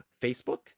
Facebook